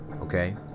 okay